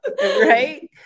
Right